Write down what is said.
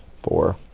four